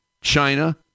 China